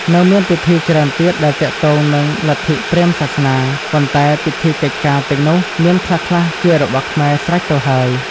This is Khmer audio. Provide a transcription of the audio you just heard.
នៅមានពិធីច្រើនទៀត ដែលទាក់ទងនឹងលទ្ធិព្រាហ្មណ៍និយម ប៉ុន្តែពិធីកិច្ចការទាំងនោះ មានខ្លះៗជារបស់ខ្មែរស្រេចទៅហើយ។